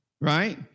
right